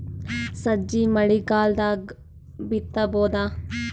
ಸಜ್ಜಿ ಮಳಿಗಾಲ್ ದಾಗ್ ಬಿತಬೋದ?